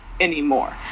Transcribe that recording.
Anymore